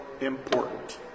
important